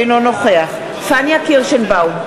אינו נוכח פניה קירשנבאום,